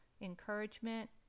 encouragement